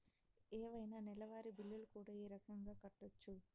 ఏవైనా నెలవారి బిల్లులు కూడా ఈ రకంగా కట్టొచ్చు